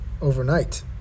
overnight